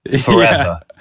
forever